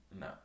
No